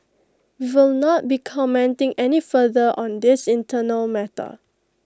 we will not be commenting any further on this internal matter